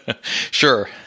Sure